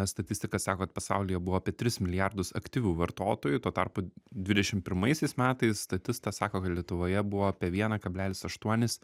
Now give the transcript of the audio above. statistika sako kad pasaulyje buvo apie tris milijardus aktyvių vartotojų tuo tarpu dvidešimt pirmaisiais metais statista sako kad lietuvoje buvo apie vieną kablelis aštuonis